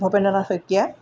Bhabendranath Saikia